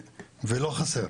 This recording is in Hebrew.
ולא חסר.